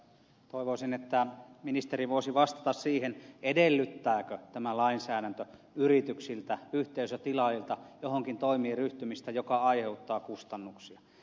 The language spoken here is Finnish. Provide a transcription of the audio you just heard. toivoisin että ministeri voisi vastata siihen edellyttääkö tämä lainsäädäntö yrityksiltä yhteisötilaajilta ryhtymistä joihinkin toimiin jotka aiheuttavat kustannuksia